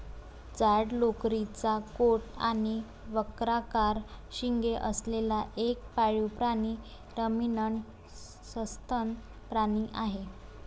जाड लोकरीचा कोट आणि वक्राकार शिंगे असलेला एक पाळीव प्राणी रमिनंट सस्तन प्राणी आहे